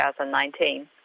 2019